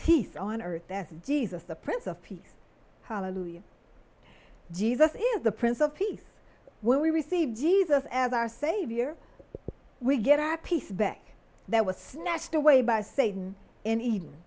peace on earth as jesus the prince of peace hallelujah jesus is the prince of peace when we receive jesus as our savior we get our peace back that was snatched away by satan in e